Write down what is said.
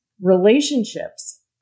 relationships